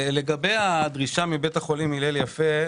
לגבי הדרישה מבית החולים הילל יפה,